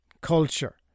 culture